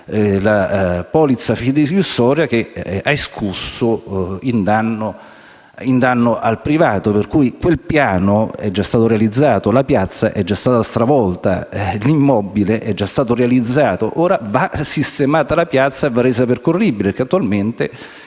la polizza fideiussoria che ha escusso in danno al privato. Per cui quel piano è già stato realizzato, la piazza è già stata stravolta e l'immobile è già stato realizzato. Ora va risistemata la piazza e va resa percorribile, perché da diversi